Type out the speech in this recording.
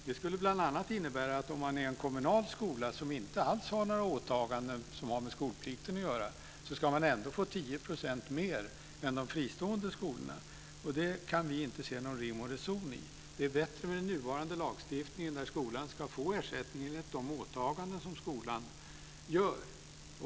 Det skulle bl.a. innebära att om man är en kommunal skola som inte alls har några åtaganden som har med skolplikten att göra skulle man ändå få 10 % mer än de fristående skolorna. Det kan vi inte se någon rim och reson i. Den nuvarande lagstiftningen är bättre. Där sägs att skolan ska få ersättning enligt de åtaganden som skolan gör.